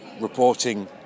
reporting